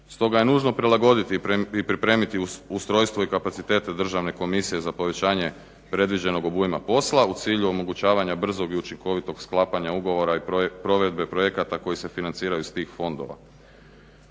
Stoga je nužno prilagoditi i pripremiti ustrojstvo i kapacitete Državne komisije za povećanje predviđenog obujma posla u cilju omogućavanja brzog i učinkovitog sklapanja ugovora i provedbe projekata koji se financiraju iz tih fondova.